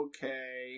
Okay